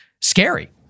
scary